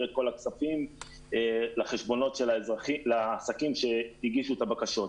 את כל הכספים לחשבונות של עסקים שהגישו את הבקשות.